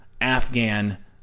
Afghan